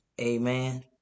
Amen